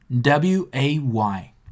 W-A-Y